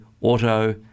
auto